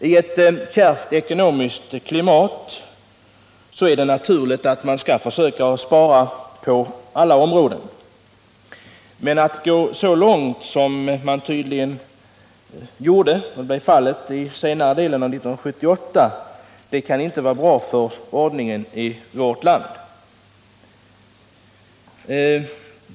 I ett kärvt ekonomiskt klimat är det naturligt att man skall försöka spara på alla områden, men att gå så långt som tydligen blev fallet under senare delen av 1978 kan inte vara bra för ordningen i vårt land.